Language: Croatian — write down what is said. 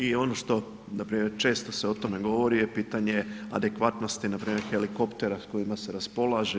I ono što npr. često se o tome govori je pitanje adekvatnosti npr. helikoptera s kojima se raspolaže.